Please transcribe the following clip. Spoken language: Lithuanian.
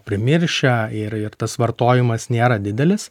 primiršę ir ir tas vartojimas nėra didelis